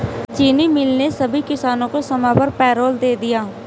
चीनी मिल ने सभी किसानों को समय पर पैरोल दे दिया